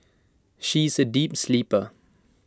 she is A deep sleeper